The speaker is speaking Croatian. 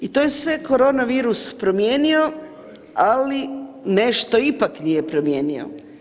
I to je sve korona virus promijenio, ali nešto ipak nije promijenio.